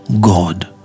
God